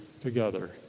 together